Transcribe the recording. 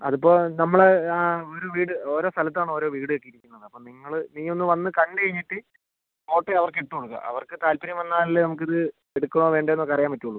അതിപ്പോൾ നമ്മൾ ആ ഒരു വീട് ഓരോ സ്ഥലത്താണ് ഓരോ വീട് ഒരുക്കിയിരിക്കുന്നത് അപ്പോൾ നിങ്ങൾ നീ ഒന്ന് വന്ന് കണ്ട് കഴിഞ്ഞിട്ട് ഫോട്ടോ അവർക്ക് ഇട്ട് കൊടുക്കുക അവർക്ക് താൽപര്യം വന്നാലല്ലേ നമുക്ക് ഇത് എടുക്കണോ വേണ്ടയോ എന്നൊക്കെ അറിയാൻ പറ്റുള്ളൂ